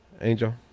Angel